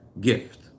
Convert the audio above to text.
gift